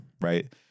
right